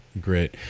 Great